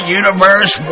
universe